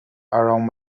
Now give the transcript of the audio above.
around